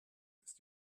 ist